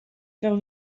faire